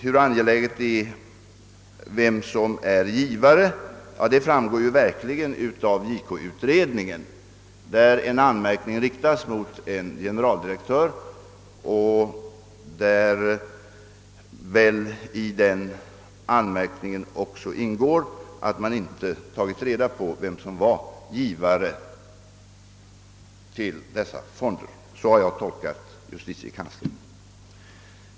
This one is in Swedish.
Hur angeläget det är att veta vem som är givare framgår verkligen av JK-utredningen, där en anmärkning riktas mot en generaldirektör och där i den anmärkningen också ingår att han inte tagit reda på vem som var givare till dessa fonder. Så har jag tolkat justitiekanslern.